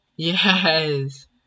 Yes